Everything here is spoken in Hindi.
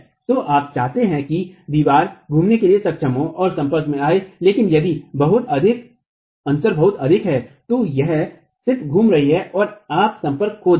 तो आप चाहते हैं कि दीवार घूमने में सक्षम हो और संपर्क में आए लेकिन यदि अंतर बहुत अधिक है तो यह सिर्फ घूम रही है और आप संपर्क खो देंगे